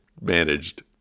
managed